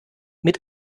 mit